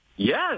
Yes